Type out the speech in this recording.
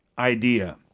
idea